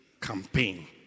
campaign